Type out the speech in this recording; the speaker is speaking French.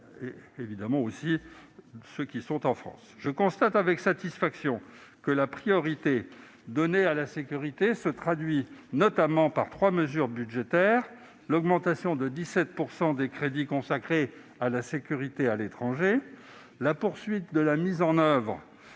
Je constate avec satisfaction que la priorité donnée à la sécurité se traduit par trois mesures budgétaires, à savoir l'augmentation de 17 % des crédits consacrés à la sécurité à l'étranger, la poursuite de la mise en oeuvre du plan de sécurisation